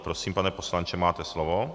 Prosím, pane poslanče, máte slovo.